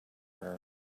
her